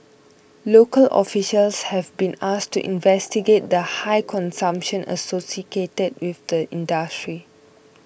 local officials have been asked to investigate the high consumption associated with the industry